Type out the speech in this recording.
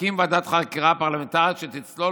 להקים ועדת חקירה פרלמנטרית שתצלול